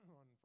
on